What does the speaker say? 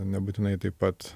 nebūtinai taip pat